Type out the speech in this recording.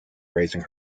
raising